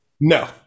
no